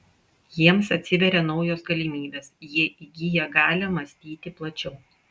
jiems atsiveria naujos galimybės jie įgyja galią mąstyti plačiau